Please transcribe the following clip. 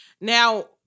now